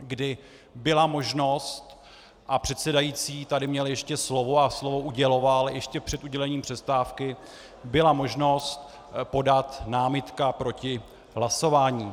kdy byla možnost, a předsedající tady měl ještě slovo a slovo uděloval, ještě před udělením přestávky, byla možnost podat námitku proti hlasování.